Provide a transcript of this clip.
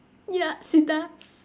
ya she does